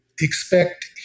expect